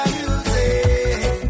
music